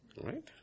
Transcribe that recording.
Right